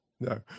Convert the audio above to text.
No